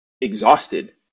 exhausted